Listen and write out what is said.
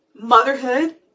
motherhood